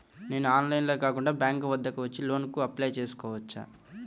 నేను ఆన్లైన్లో కాకుండా బ్యాంక్ వద్దకు వచ్చి లోన్ కు అప్లై చేసుకోవచ్చా?